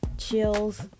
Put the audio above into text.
chills